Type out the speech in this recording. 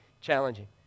challenging